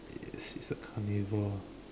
yes it is a carnivore